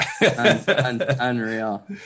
Unreal